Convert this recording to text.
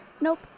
Nope